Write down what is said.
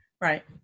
Right